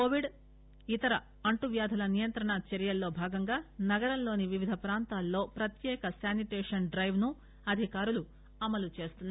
Covid ఇతర అంటు వ్యాధుల నియంత్రణ చర్యల్లో భాగంగా నగరంలోని వివిధ ప్రాంతాలలో ప్రత్య్న క సానిటేషన్ డైవ్ ను అధికారులు అమలు చేస్తున్నారు